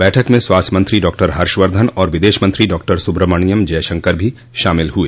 बैठक में स्वास्थ्य मंत्री डाक्टर हर्षवर्धन और विदेश मंत्री डाक्टर सुब्रह्मण्यम जयशंकर भी शामिल हुए